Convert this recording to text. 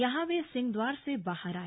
यहां वे सिंह द्वार से बाहर आए